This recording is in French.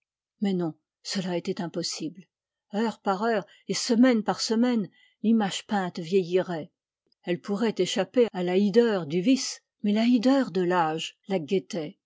mais non cela était impossible heure par heure et semaine par semaine l'image peinte vieillirait elle pourrait échapper à la hideur du vice mais la hideur de l'âge la guettait